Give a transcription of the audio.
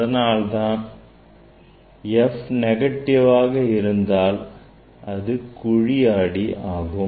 அதனால்தான் f negative ஆக வாக இருந்தால் அது குழி ஆடி ஆகும்